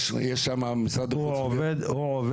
הגשנו כבר